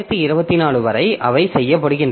1024 வரை அவை செய்யப்படுகின்றன